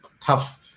tough